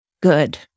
good